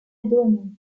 américaine